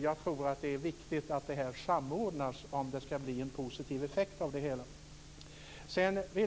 Jag tror att det är viktigt att det här samordnas, om det skall bli en positiv effekt av det hela.